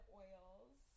oils